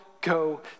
go